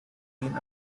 been